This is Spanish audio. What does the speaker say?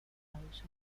unidos